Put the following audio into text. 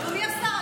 אדוני השר,